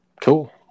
Cool